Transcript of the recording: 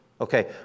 Okay